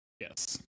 Yes